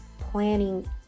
planning